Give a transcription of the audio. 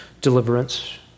deliverance